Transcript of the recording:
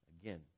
Again